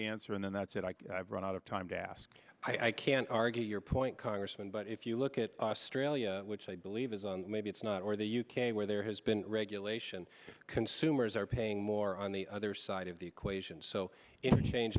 the answer and that's it i have run out of time to ask i can't argue your point congressman but if you look at australia which i believe is maybe it's not or the u k where there has been regulation consumers are paying more on the other side of the equation so i